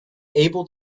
able